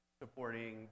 supporting